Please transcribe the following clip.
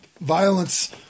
violence